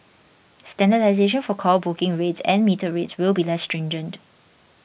standardisation for call booking rates and metered rates will be less stringent